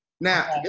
Now